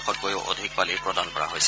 লাখতকৈও অধিক পালি প্ৰদান কৰা হৈছে